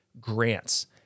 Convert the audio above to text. grants